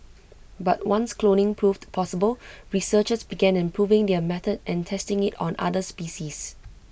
but once cloning proved possible researchers began improving their method and testing IT on other species